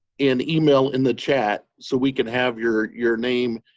and email in the chat so we can have your your name,